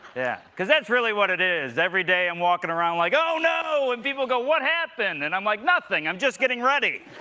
yeah. because that's really what it is. day i'm walking around like, oh, no! and people go, what happened? and i'm like, nothing, i'm just getting ready.